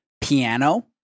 piano